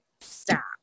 stop